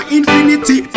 infinity